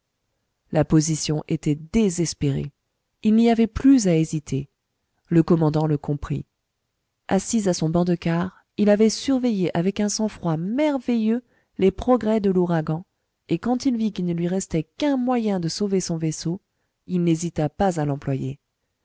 la position était désespérée il n'y avait plus à hésiter le commandant le comprit assis à son banc de quart il avait surveillé avec un sang-froid merveilleux les progrès de l'ouragan et quand il vit qu'il ne lui restait qu'un moyen de sauver son vaisseau il n'hésita pas à l'employer